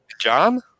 John